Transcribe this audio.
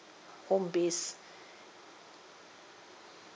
home based